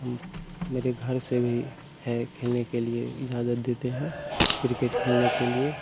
हम मेरे घर से भी है खेलने के लिए इज़ाजत देते हैं क्रिकेट खेलने के लिए